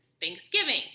Thanksgiving